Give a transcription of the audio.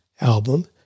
album